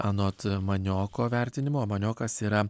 anot manioko vertinimo maniokas yra